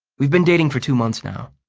we've been dating for two months now.